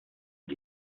mit